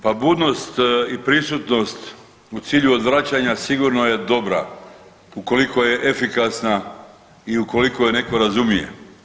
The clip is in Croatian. Pa budnost i prisutnost u cilju odvraćanja sigurno je dobra ukoliko je efikasna i ukoliko je netko razumije.